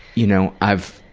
you know, i've